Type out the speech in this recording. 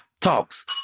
Talks